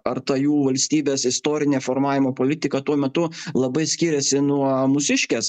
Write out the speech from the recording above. ar ta jų valstybės istorinė formavimo politika tuo metu labai skyrėsi nuo mūsiškės